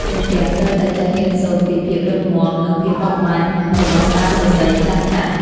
ទំពាំងត្រូវតែចេះរៀនសូត្រពីភាពរឹងមាំ និងភាពបត់បែនរបស់ដើមឫស្សីចាស់ៗ។